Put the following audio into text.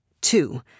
Two